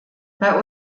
bei